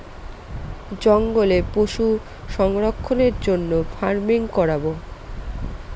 জঙ্গলে পশু সংরক্ষণের জন্য ফার্মিং করাবো